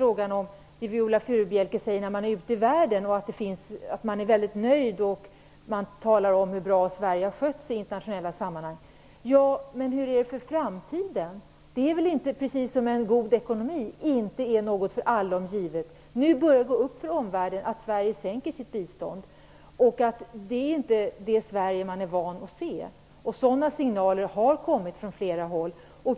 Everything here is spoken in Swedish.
talman! Viola Furubjelke säger att man ute i världen är väldigt nöjd och talar om hur bra Sverige har skött sig i internationella sammanhang. Ja, men hur blir det i framtiden? Det är väl, lika litet som en god ekonomi, något som är för alltid givet. Nu börjar det gå upp för omvärlden att Sverige sänker sitt bistånd. Det är inte det Sverige man är van att se - signaler om detta har kommit från flera håll.